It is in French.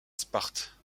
sparte